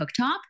cooktop